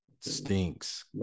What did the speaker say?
Stinks